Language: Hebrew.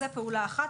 זה פעולה אחת.